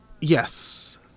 Yes